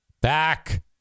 back